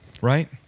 right